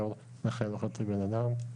נכה לא חצי בן אדם.